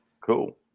Cool